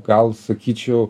gal sakyčiau